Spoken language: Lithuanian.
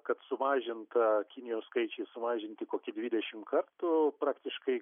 kad sumažinta kinijos skaičiai sumažinti kokį dvidešimt kartų praktiškai